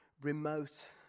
remote